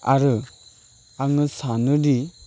आरो आङो सानोदि